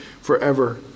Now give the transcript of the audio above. forever